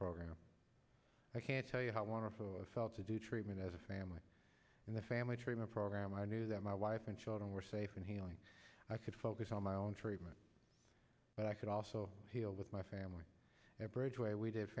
program i can't tell you how i want to sell to do treatment as a family in the family treatment program i knew that my wife and children were safe and healing i could focus on my own treatment but i could also heal with my family and bridge way we did